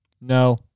No